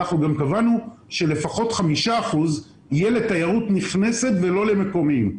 אנחנו גם קבענו שלפחות חמישה אחוזים יהיו לתיירות נכנסת ולא למקומיים.